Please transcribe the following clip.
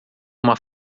uma